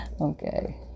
okay